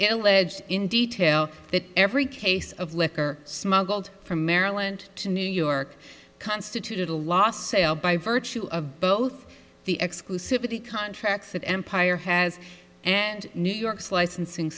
illegible in detail that every case of liquor smuggled from maryland to new york constituted a lost sale by virtue of both the exclusivity contracts that empire has and new york's licensing